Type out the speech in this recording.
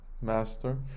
master